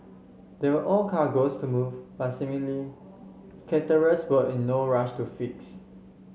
there were ore cargoes to move but seemingly charterers were in no rush to fix